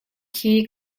khi